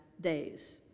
days